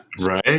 right